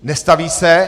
Nestaví se.